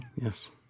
Yes